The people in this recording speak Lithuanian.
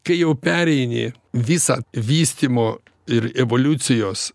kai jau pereini visą vystymo ir evoliucijos